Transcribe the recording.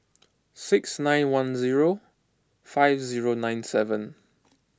six nine one zero five zero nine seven